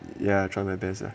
ya try my best lah